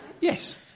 Yes